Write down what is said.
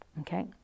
Okay